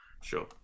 Sure